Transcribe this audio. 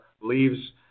leaves